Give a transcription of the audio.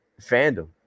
fandom